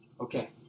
Okay